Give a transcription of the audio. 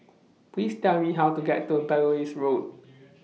Please Tell Me How to get to Belilios Road